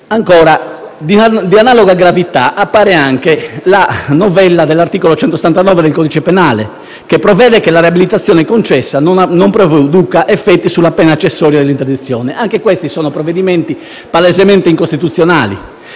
Ancora, di analoga gravità appare anche la novella dell'articolo 179 del codice penale, che prevede che la riabilitazione concessa non produca effetti sulla pena accessoria dell'interdizione. Anche questi sono provvedimenti palesemente incostituzionali.